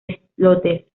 islotes